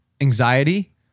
anxiety